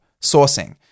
sourcing